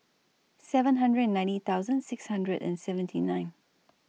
seven hundred and ninety thousand six hundred and seventy nine